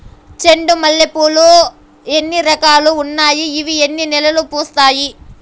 చెండు మల్లె పూలు లో ఎన్ని రకాలు ఉన్నాయి ఇవి ఎన్ని నెలలు పూస్తాయి